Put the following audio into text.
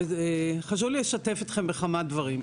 חשוב לי לשתף אתכם בכמה דברים.